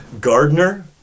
Gardner